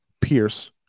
Pierce